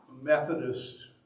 Methodist